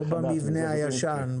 לא במבנה הישן?